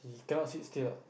he cannot sit still ah